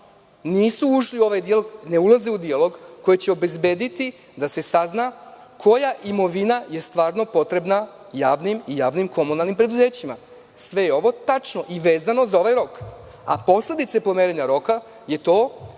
nisu ušli u ovaj dijalog koji će obezbediti da se sazna koja imovina je stvarno potrebna javnim i javnim komunalnim preduzećima. Sve je ovo tačno i vezano za ovaj rok, a posledica pomeranja roka je to